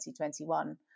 2021